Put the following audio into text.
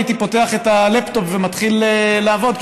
הייתי פותח את הלפטופ ומתחיל לעבוד,